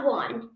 one